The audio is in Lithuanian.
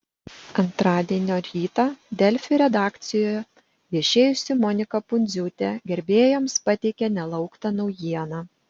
antradienio rytą delfi redakcijoje viešėjusi monika pundziūtė gerbėjams pateikė nelauktą naujieną